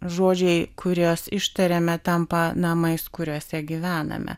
žodžiai kuriuos ištariame tampa namais kuriuose gyvename